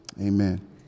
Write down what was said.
Amen